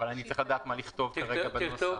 אבל אני צריך לדעת מה לכתוב כרגע בנוסח.